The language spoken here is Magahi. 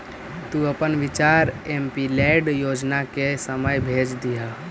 तु अपन विचार एमपीलैड योजना के समय भेज दियह